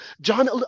John